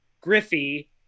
Griffey